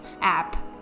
app